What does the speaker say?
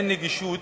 אין נגישות